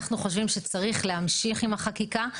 אנחנו חושבים שצריך להמשיל עם החקיקה,